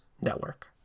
Network